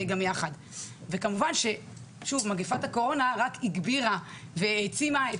כמובן שמגפת הקורונה הגבירה והעצימה את